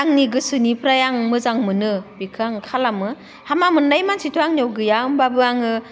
आंनि गोसोनिफ्राय आं मोजां मोनो बिखो आं खालामो हामा मोननाय मानसिथ' गैया होमब्लाबो आङो